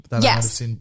Yes